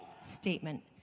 statement